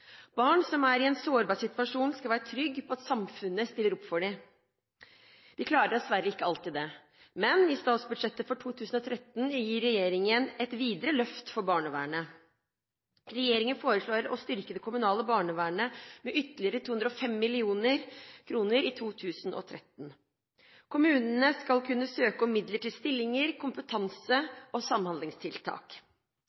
Barn som er i en sårbar situasjon, skal være trygge på at samfunnet stiller opp for dem. Vi klarer dessverre ikke alltid det, men i statsbudsjettet for 2013 gir regjeringen et videre løft for barnevernet. Regjeringen foreslår å styrke det kommunale barnevernet med ytterligere 205 mill. kr i 2013. Kommunene skal kunne søke om midler til stillinger og kompetanse-